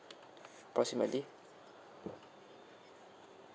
approximately